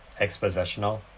expositional